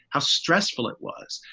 how stressful it was,